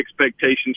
expectations